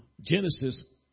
Genesis